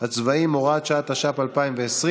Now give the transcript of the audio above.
אנחנו רוצים לעבור לסעיף הצעת חוק ההוצאה לפועל (תיקון מס' 65)